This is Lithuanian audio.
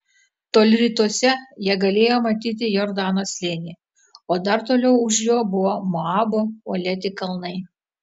toli rytuose jie galėjo matyti jordano slėnį o dar toliau už jo buvo moabo uolėti kalnai